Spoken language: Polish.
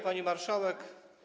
Pani Marszałek!